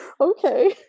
okay